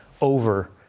over